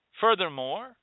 Furthermore